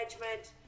management